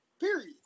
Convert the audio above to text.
Period